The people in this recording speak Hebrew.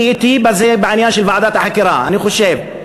היא אתי בזה, בעניין של ועדת החקירה, אני חושב,